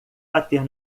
bater